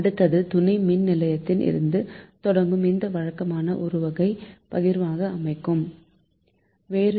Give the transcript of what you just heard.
அடுத்தது துணை பரிமாற்ற அமைப்பில் இருந்து தொடங்கும் இந்த வழக்கமான ஒருவகை பகிர்மான அமைப்பாகும்